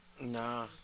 Nah